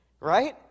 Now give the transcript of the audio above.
right